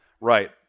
Right